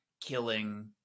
killing